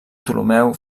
ptolemeu